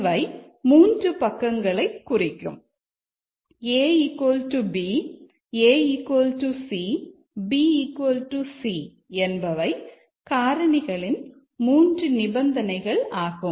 இவை 3 பக்கங்களை குறிக்கும் ab ac bc என்பவை காரணிகளின் 3 நிபந்தனைகள் ஆகும்